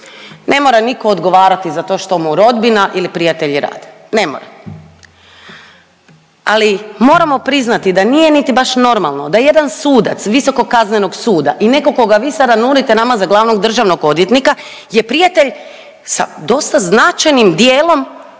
Ne mora niko odgovarati za to što mu rodbina ili prijatelji rade, ne mora. Ali moramo priznati da nije niti baš normalno da jedan sudac Visokog kaznenog suda i neko koga vi sada nudite nama za glavnog državnog odvjetnika je prijatelj sa dosta značajnim dijelom